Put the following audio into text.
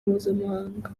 mpuzamahanga